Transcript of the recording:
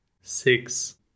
six